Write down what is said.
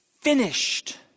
finished